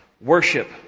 worship